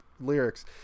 lyrics